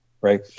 right